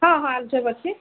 ହଁ ହଁ ଆଳୁଚପ ଅଛି